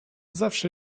zawsze